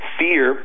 fear